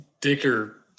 Dicker